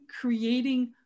creating